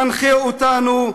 מנחה אותנו,